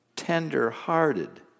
Tender-hearted